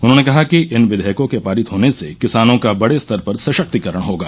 उन्होंने कहा कि इन विधेयकों के पारित होने से किसानों का बड़े स्तर पर सशक्तिकरण होगा